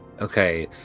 okay